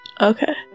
Okay